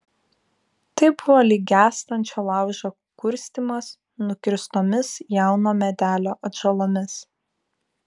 tai buvo lyg gęstančio laužo kurstymas nukirstomis jauno medelio atžalomis